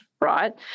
right